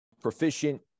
proficient